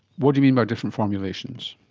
what do you mean by different formulations?